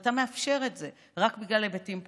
אתה מאפשר את זה רק בגלל היבטים פוליטיים.